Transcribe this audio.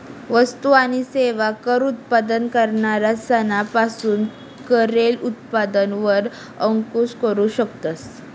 वस्तु आणि सेवा कर उत्पादन करणारा सना पासून करेल उत्पादन वर अंकूश करू शकतस